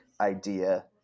idea